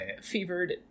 fevered